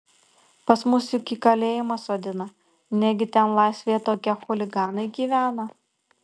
pas mus juk į kalėjimą sodina negi ten laisvėje tokie chuliganai gyvena